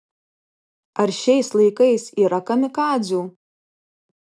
ar šiais laikais yra kamikadzių